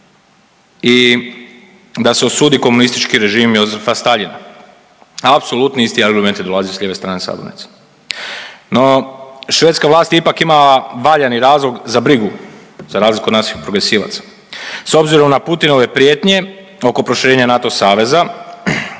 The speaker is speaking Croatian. i da se osudi komunistički režim Jozefa Staljina. Apsolutni isti argumenti dolaze s lijeve strane sabornice. No, švedska vlast je ipak imala valjani razlog za brigu, za razliku od naših progresivaca. S obzirom na Putinove prijetnje oko proširenja NATO saveza,